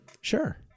sure